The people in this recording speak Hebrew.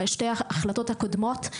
שתי ההחלטות הקודמות,